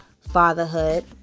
fatherhood